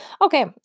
okay